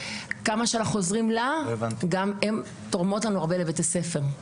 אנחנו עוזרים לה אבל גם היא תורמת לבית הספר.